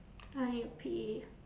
I need to pee